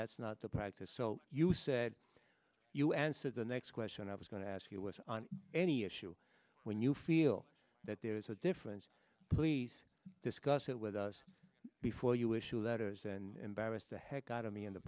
that's not the practice so you said you answer the next question i was going to ask you was on any issue when you feel that there is a difference please discuss it with us before you issue letters and various the heck out of me in the